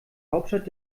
hauptstadt